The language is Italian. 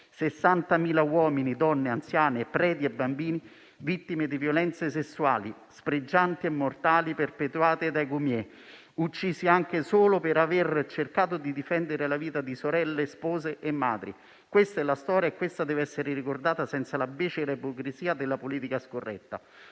60.000 uomini, donne, anziani, preti e bambini sono stati vittime di violenze sessuali spregianti e mortali perpetrate dai *goumier*, uccisi anche solo per aver cercato di difendere la vita di sorelle, spose e madri. Questa è la storia, che dev'essere ricordata senza la becera ipocrisia della politica scorretta;